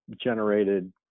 generated